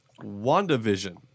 WandaVision